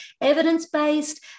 evidence-based